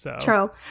true